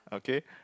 okay